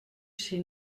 chez